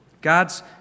God's